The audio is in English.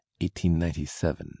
1897